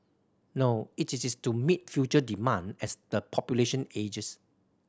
no it is to meet future demand as the population ages